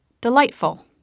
delightful